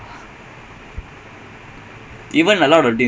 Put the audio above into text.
stop நான் நான் உடனே வந்துருவோம்:naan naan udanae vanthuruvom